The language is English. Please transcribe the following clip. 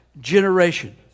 generation